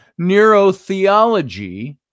Neurotheology